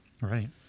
Right